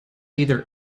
either